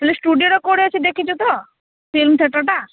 ହେଲେ ଷ୍ଟୁଡ଼ିଓଟା କୋଉଠି ଅଛି ଦେଖିଛୁ ତ ଫିଲ୍ମ ଥିଏଟର୍ ଟା